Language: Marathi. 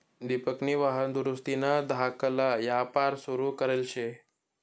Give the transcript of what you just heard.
दिपकनी वाहन दुरुस्तीना धाकला यापार सुरू करेल शे